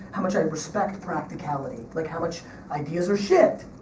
how much i respect practicality. like, how much ideas are shit,